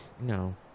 no